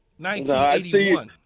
1981